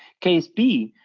case b,